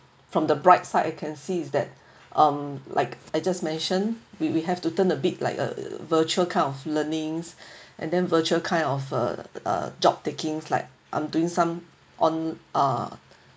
from the bright side I can see is that um like I just mention we we have to turn a bit like a virtual kind of learnings and then virtual kind of uh uh job takings like I'm doing some on uh